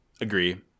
Agree